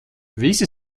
visi